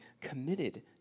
committed